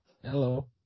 Hello